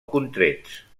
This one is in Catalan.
contrets